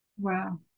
Wow